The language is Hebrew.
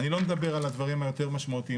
אני לא מדבר על הדברים היותר משמעותיים,